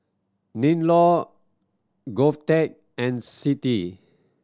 MinLaw GovTech and CITI